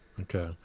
Okay